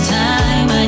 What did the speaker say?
time